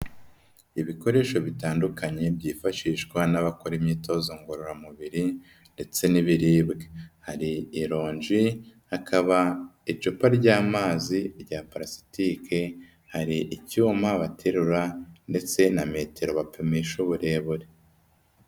Ibikoresho bitandukanye byifashishwa n'abakora imyitozo ngororamubiri ndetse n'ibiribwa, hari ironji, hakaba icupa ry'amazi rya palasitike, hari icyuma baterura ndetse na metero bapimisha uburebure.